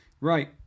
Right